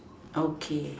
okay